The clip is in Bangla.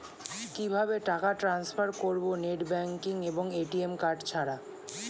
কিভাবে টাকা টান্সফার করব নেট ব্যাংকিং এবং এ.টি.এম কার্ড ছাড়া?